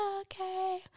okay